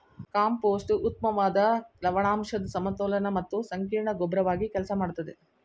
compost ಉತ್ತಮ್ವಾದ ಲವಣಾಂಶದ್ ಸಮತೋಲನ ಮತ್ತು ಸಂಕೀರ್ಣ ಗೊಬ್ರವಾಗಿ ಕೆಲ್ಸ ಮಾಡ್ತದೆ